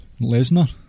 Lesnar